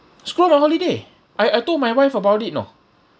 screw my holiday I I told my wife about it you know